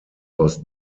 aus